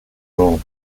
all